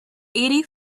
eighty